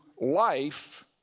life